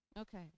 Okay